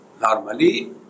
Normally